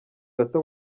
gato